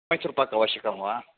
मैसूर्पाक् आवश्यकं वा